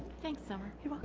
thanks summer.